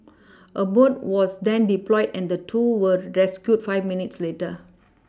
a boat was then deployed and the two were rescued five minutes later